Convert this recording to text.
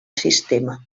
sistema